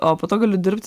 o po to galiu dirbt